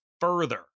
further